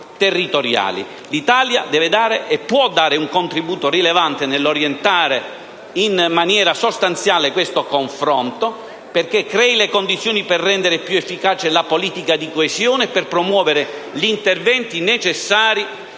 L'Italia deve e può dare un contributo rilevante nell'orientare in maniera sostanziale tale confronto, perché crei le condizioni per rendere più efficace la politica di coesione e per promuovere gli interventi necessari,